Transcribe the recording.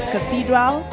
Cathedral